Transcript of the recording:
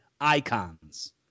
Icons